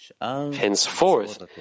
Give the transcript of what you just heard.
Henceforth